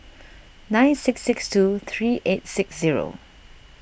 nine six six two three eight six zero